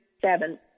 seven